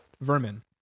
Vermin